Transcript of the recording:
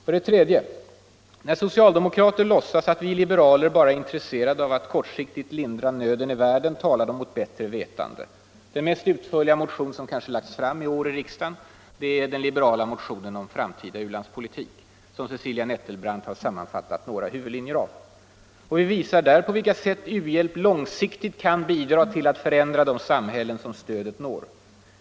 För det tredje: när socialdemokrater låtsas att vi liberaler bara är intresserade av att kortsiktigt lindra nöden i världen talar de mot bättre vetande. Den kanske mest utförliga motion som väckts i år här i riksdagen är folkpartiets om vår framtida u-landspolitik. Cecilia Nettelbrandt har redan sammanfattat några av dess huvudlinjer. Vi visar där på vilka sätt u-hjälp kan långsiktigt bidra till att förändra de samhällen som stödet når.